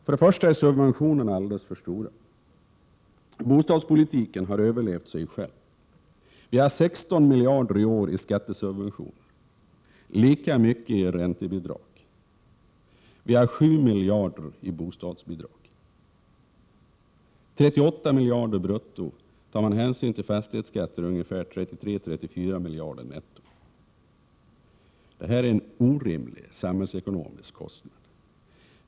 Först och främst är subventionerna alldeles för stora. Bostadspolitiken har överlevt sig själv. I år ges 16 miljarder i skattesubventioner och lika mycket i räntebidrag. 7 miljarder ges i bostadsbidrag. Det blir 39 miljarder brutto, och med hänsyn till fastighetsskatten 33—34 miljarder netto. Detta är en orimlig samhällsekonomisk kostnad.